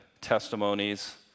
testimonies